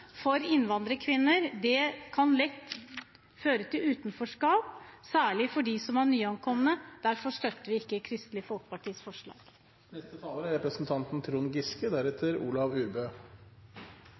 innvandrerkvinner lett kan føre til utenforskap, særlig for dem som er nyankomne, og derfor støtter vi ikke Kristelig Folkepartis